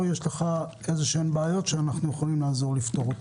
או יש לך בעיות שאנחנו יכולים לעזור לפתור?